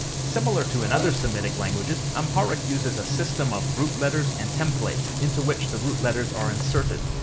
similar to in other semitic languages, amharic uses a system of root letters and templates, into which the root letters are inserted.